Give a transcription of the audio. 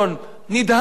נדהמתי.